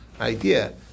idea